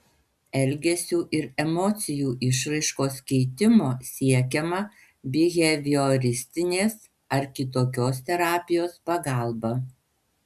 elgesio ir emocijų išraiškos keitimo siekiama bihevioristinės ar kitokios terapijos pagalba